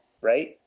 right